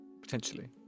Potentially